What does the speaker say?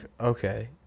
okay